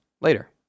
later